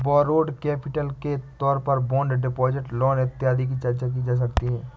borrowed capital के तौर पर बॉन्ड डिपॉजिट लोन इत्यादि की चर्चा की जा सकती है